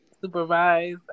supervise